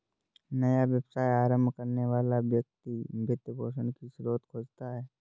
नया व्यवसाय आरंभ करने वाला व्यक्ति वित्त पोषण की स्रोत खोजता है